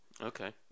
Okay